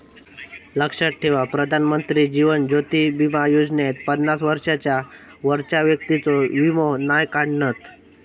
लक्षात ठेवा प्रधानमंत्री जीवन ज्योति बीमा योजनेत पन्नास वर्षांच्या वरच्या व्यक्तिंचो वीमो नाय काढणत